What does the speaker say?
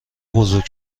بزرگ